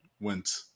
went